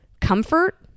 comfort